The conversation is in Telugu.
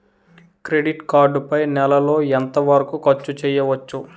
క్రెడిట్ కార్డ్ పై నెల లో ఎంత వరకూ ఖర్చు చేయవచ్చు?